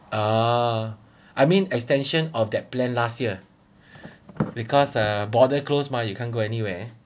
ah I mean extension of that plan last year because uh border closed mah you can't go anywhere